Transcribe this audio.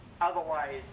otherwise